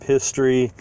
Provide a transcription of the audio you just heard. History